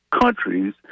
countries